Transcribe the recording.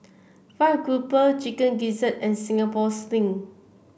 fried grouper Chicken Gizzard and Singapore Sling